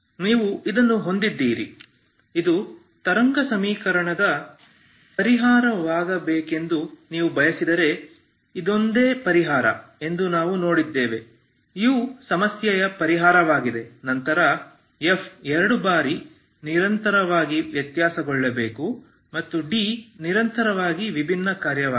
ನೀವು ಇದನ್ನು ಹೊಂದಿದ್ದೀರಿ ಇದು ತರಂಗ ಸಮೀಕರಣದ ಪರಿಹಾರವಾಗಬೇಕೆಂದು ನೀವು ಬಯಸಿದರೆ ಇದೊಂದೇ ಪರಿಹಾರ ಎಂದು ನಾವು ನೋಡಿದ್ದೇವೆ u ಸಮಸ್ಯೆಯ ಪರಿಹಾರವಾಗಿದೆ ನಂತರ f ಎರಡು ಬಾರಿ ನಿರಂತರವಾಗಿ ವ್ಯತ್ಯಾಸಗೊಳ್ಳಬೇಕು ಮತ್ತು d ನಿರಂತರವಾಗಿ ವಿಭಿನ್ನ ಕಾರ್ಯವಾಗಿದೆ